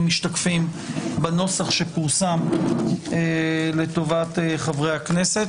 משתקפים בנוסח שפורסם לטובת חברי הכנסת.